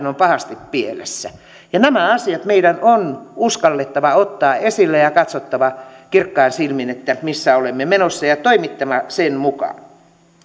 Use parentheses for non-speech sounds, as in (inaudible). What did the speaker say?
(unintelligible) on pahasti pielessä nämä asiat meidän on uskallettava ottaa esille ja ja katsottava kirkkain silmin missä olemme menossa ja toimittava sen mukaan